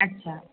अच्छा